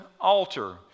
altar